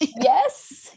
yes